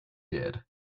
did